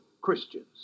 Christians